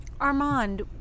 Armand